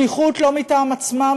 שליחות לא מטעם עצמם,